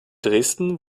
dresden